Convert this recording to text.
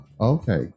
okay